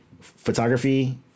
photography